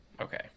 Okay